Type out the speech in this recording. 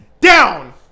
Down